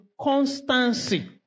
constancy